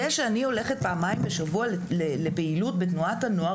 זה שאני הולכת פעמיים בשבוע לפעילות בתנועת הנוער,